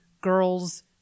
girls